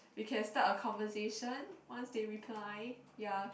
we can start a conversation once they reply ya